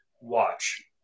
watch